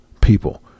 people